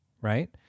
right